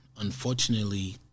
unfortunately